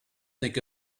think